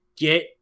Get